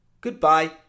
goodbye